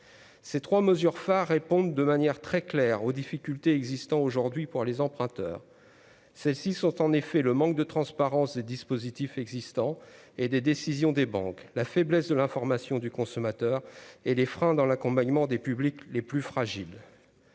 Ces 3 mesures phares répondent de manière très claire aux difficultés existant aujourd'hui pour les emprunteurs, celles-ci sont en effet le manque de transparence des dispositifs existants et des décisions des banques, la faiblesse de l'information du consommateur et les freins dans l'accompagnement des publics les plus fragiles